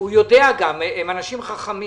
הם אנשים חכמים.